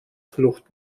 flucht